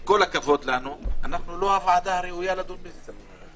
עם כל הכבוד לנו, אנו לא הוועדה הראויה לדון בזה.